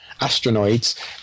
Asteroids